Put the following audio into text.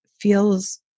feels